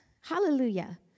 hallelujah